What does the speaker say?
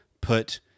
put